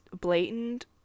blatant